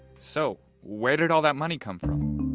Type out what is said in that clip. so where did all that money come from?